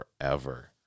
forever